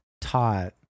taught